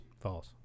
false